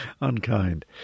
unkind